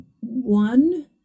One